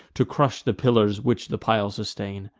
to crush the pillars which the pile sustain.